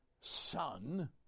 son